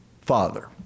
Father